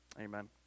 amen